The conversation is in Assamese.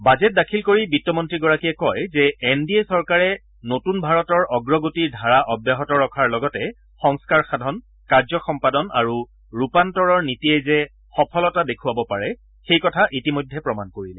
বাজেট দাখিল কৰি বিত্তমন্ত্ৰীগৰাকীয়ে কয় যে এন ডি এ চৰকাৰে নতুন ভাৰতৰ অগ্ৰগতিৰ ধাৰা অব্যাহত ৰখাৰ লগতে সংস্কাৰ সাধন কাৰ্য সম্পাদন আৰু ৰূপান্তৰৰ নীতিয়ে যে সফলতা দেখুৱাব পাৰে সেই কথা ইতিমধ্যে প্ৰমাণ কৰিলে